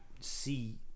see